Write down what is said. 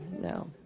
No